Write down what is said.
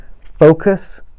focus